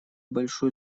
большую